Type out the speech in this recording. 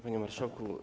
Panie Marszałku!